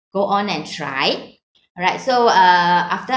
go on and try alright so uh after